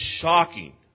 shocking